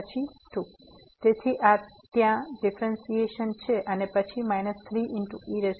અને પછી 2 તેથી આ ત્યાં ડીફ્રેન્સીએશન છે અને પછી 3e3x